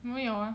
没有啊